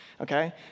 okay